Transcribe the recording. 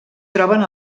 troben